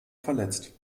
verletzt